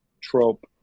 trope